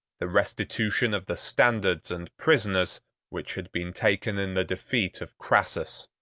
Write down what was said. the restitution of the standards and prisoners which had been taken in the defeat of crassus.